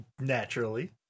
Naturally